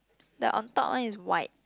the on top one is white